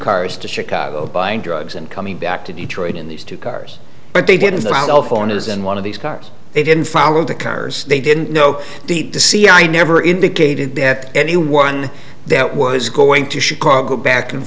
cars to chicago buying drugs and coming back to detroit in these two cars but they didn't find all foreigners in one of these cars they didn't follow the cars they didn't know deep to see i never indicated that anyone that was going to chicago back and